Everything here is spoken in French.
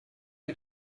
que